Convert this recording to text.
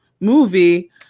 movie